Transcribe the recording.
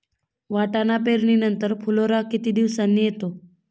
वाटाणा पेरणी नंतर फुलोरा किती दिवसांनी येतो?